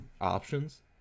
options